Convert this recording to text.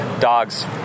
Dogs